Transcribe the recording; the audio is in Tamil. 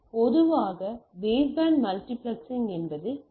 எனவே பொதுவாக பேஸ்பேண்ட் மல்டிபிளக்சிங் என்பது டி